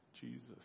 Jesus